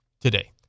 today